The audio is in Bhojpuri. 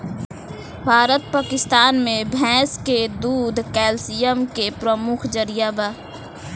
भारत पकिस्तान मे भैंस के दूध कैल्सिअम के प्रमुख जरिआ बा